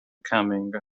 coming